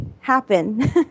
happen